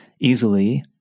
easily